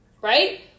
Right